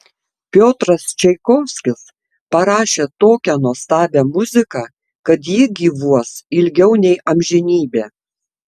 piotras čaikovskis parašė tokią nuostabią muziką kad ji gyvuos ilgiau nei amžinybę